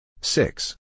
Six